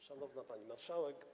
Szanowna Pani Marszałek!